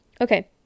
Okay